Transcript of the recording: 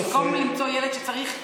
כי במקום למצוא לילד שצריך,